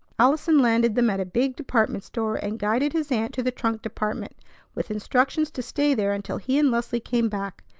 allison landed them at a big department store, and guided his aunt to the trunk department with instructions to stay there until he and leslie came back.